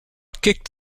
kicked